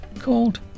called